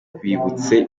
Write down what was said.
bibutse